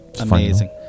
Amazing